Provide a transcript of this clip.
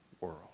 world